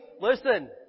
Listen